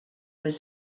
was